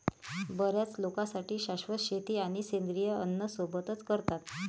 बर्याच लोकांसाठी शाश्वत शेती आणि सेंद्रिय अन्न सोबतच करतात